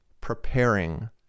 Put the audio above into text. preparing